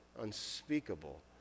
unspeakable